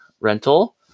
rental